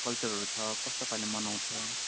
कल्चरहरू छ कस्तो पाराले मनाउँछ